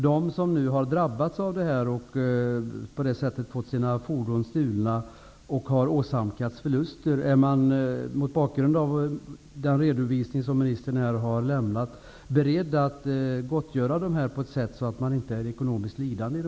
Är man, mot bakgrund av ministerns redovisning, beredd att gottgöra dem som har drabbats genom att få sina fordon stulna och därmed har åsamkats förluster så att de inte blir ekonomiskt lidande?